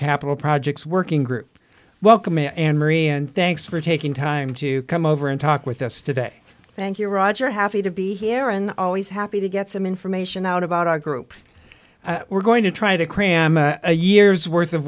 capital projects working group welcome anne marie and thanks for taking time to come over and talk with us today thank you roger happy to be here and always happy to get some information out about our group we're going to try to cram a year's worth of